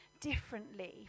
differently